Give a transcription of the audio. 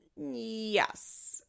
Yes